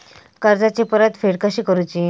कर्जाची परतफेड कशी करूची?